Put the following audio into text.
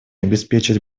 обеспечить